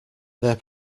their